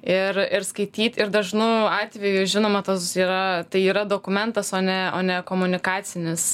ir ir skaityt ir dažnu atveju žinoma tas yra tai yra dokumentas o ne o ne komunikacinis